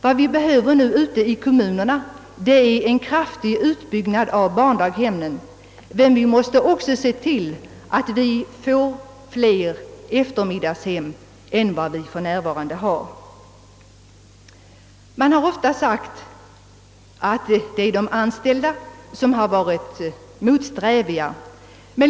Vad vi nu behöver ute i kommunerna är en kraftig utbyggnad av barndaghemmen, men vi måste också se till att vi får fler eftermiddagshem än vi för närvarande har. Man har ofta i detta sammanhang sagt att de anställda varit motsträviga.